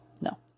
no